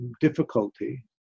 difficulty